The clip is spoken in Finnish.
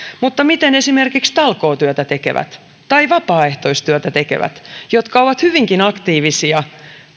mutta miten esimerkiksi talkootyötä tekevät tai vapaaehtoistyötä tekevät jotka ovat hyvinkin aktiivisia